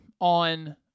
on